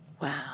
Wow